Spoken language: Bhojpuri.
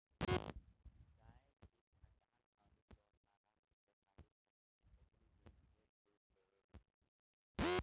गाय जे खटाल अउरी गौशाला में पोसाली सन ओकनी के ढेरे दूध देवेली सन